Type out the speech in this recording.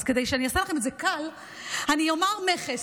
אז כדי שאני אעשה לכם את זה קל אני אומר מכס,